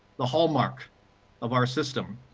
the hallmark of our system,